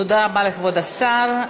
תודה רבה לכבוד השר.